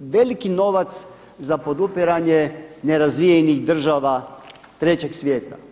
veliki novac za podupiranje nerazvijenih država trećeg svijeta.